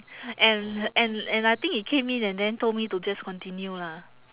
and and and I think he came in and then told me to just continue lah